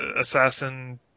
assassin